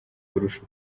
kurusha